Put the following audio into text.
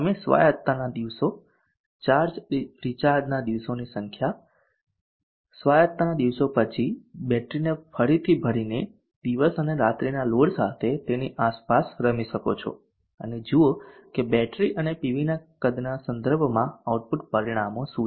તમે સ્વાયત્તાના દિવસો ચાર્જ રિચાર્જના દિવસોની સંખ્યા સ્વાયત્તાના દિવસો પછી બેટરીને ફરીથી ભરીને દિવસ અને રાત્રિના લોડ સાથે તેની આસપાસ રમી શકો છો અને જુઓ કે બેટરી અને પીવીના કદના સંદર્ભમાં આઉટપુટ પરિણામો શું છે